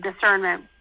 discernment